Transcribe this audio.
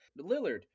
Lillard